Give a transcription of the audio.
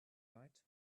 right